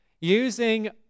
Using